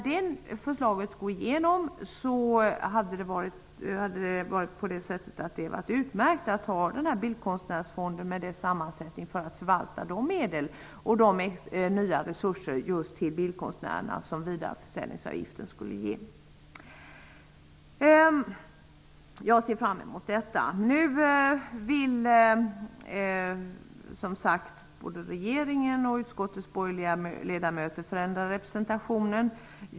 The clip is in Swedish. Det skulle vara utmärkt att ha kvar den nuvarande sammansättningen av bildkonstnärsfonden vid förvaltningen av de nya resurser till bildkonstnärerna som vidareförsäljningsavgiften skulle ge. Jag ser fram emot detta. Nu vill både regeringen och utskottets borgerliga ledamöter förändra representationen.